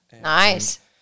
Nice